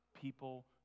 people